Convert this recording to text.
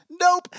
Nope